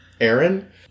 Aaron